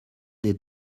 des